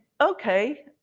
okay